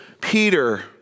Peter